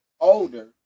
older